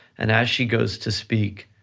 and as she goes to speak,